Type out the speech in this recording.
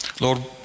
Lord